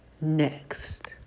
next